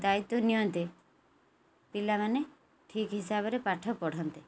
ଦାୟିତ୍ୱ ନିଅନ୍ତେ ପିଲାମାନେ ଠିକ୍ ହିସାବରେ ପାଠ ପଢ଼ନ୍ତେ